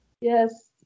Yes